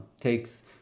takes